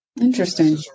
Interesting